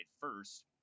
first